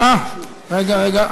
רגע, רגע.